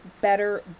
better